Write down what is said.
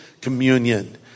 communion